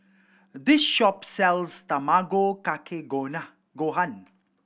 this shop sells Tamago Kake Gohan